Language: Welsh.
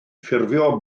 ffurfio